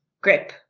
grip